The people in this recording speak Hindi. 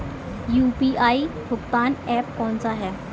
यू.पी.आई भुगतान ऐप कौन सा है?